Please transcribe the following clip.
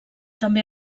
també